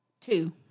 Two